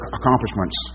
accomplishments